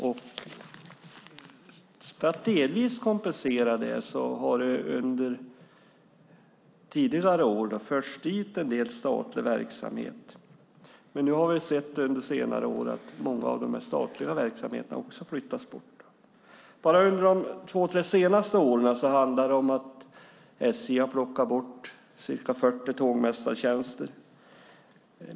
För att delvis kompensera det har det under tidigare år förts dit en del statlig verksamhet. Men nu har vi under senare år sett att många av de statliga verksamheterna också flyttas bort. Bara under de två tre senaste åren handlar det om att SJ har plockat bort ca 40 tågmästartjänster.